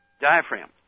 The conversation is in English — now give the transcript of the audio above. diaphragm